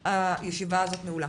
הישיבה הזאת נעולה.